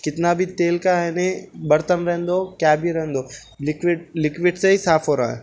کتنا بھی تیل کا ہے نہیں برتن رہنے دو کیا بھی رہنے دو لکوڈ لکوڈ سے ہی صاف ہو رہا ہے